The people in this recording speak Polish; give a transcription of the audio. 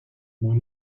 mój